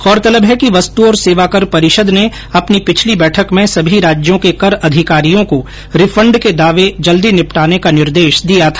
गौरतलब है कि वस्तु और सेवाकर परिषद ने अपनी पिछली बैठक में समी राज्यों के कर अधिकारियों को रिफंड के दावे जल्दी निपटाने का निर्देश दिया था